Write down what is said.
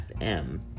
FM